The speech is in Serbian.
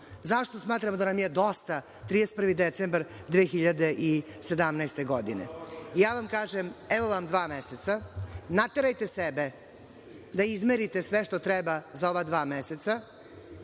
zašto smatramo da nam je dosta 31. decembar 2017. godine. Kažem vam – evo vam dva meseca, naterajte sebe da izmerite sve što treba za ova dva meseca.